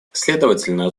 следовательно